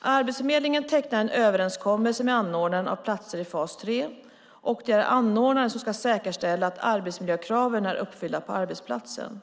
Arbetsförmedlingen tecknar en överenskommelse med anordnaren av platser i fas 3, och det är anordnaren som ska säkerställa att arbetsmiljökraven är uppfyllda på arbetsplatsen.